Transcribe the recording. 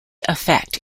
affect